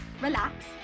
relax